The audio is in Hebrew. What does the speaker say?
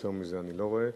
יותר מזה אני לא רואה,